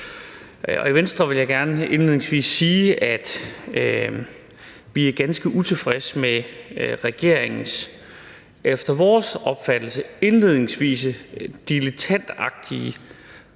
side vil jeg gerne indledningsvis sige, at vi er ganske utilfredse med regeringens efter vores opfattelse indledningsvise dilettantagtige